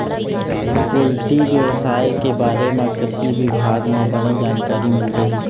poultry बेवसाय के बारे म कृषि बिभाग म बने जानकारी मिल जाही